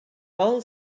all